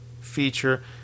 feature